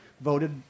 voted